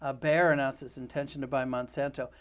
ah bayer announced its intention to buy monsanto.